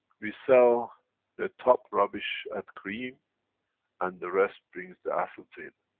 we sell the top rubbish at cream and the rest brings the assets in.